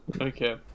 Okay